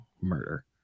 murder